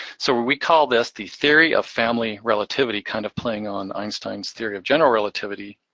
so we call this the theory of family relativity, kind of playing on einstein's theory of general relativity,